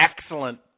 excellent